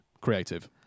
creative